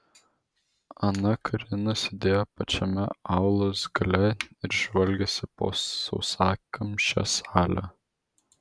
ana karina sėdėjo pačiame aulos gale ir žvalgėsi po sausakimšą salę